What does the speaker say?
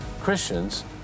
Christians